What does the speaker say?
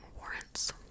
warrants